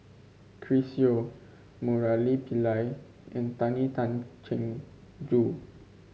Chris Yeo Murali Pillai and Tony Tan Keng Joo